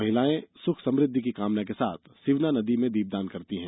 महिलायें सुख समृद्धि की कामना के साथ सिवना नदी में दीपदान करती हैं